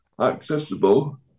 accessible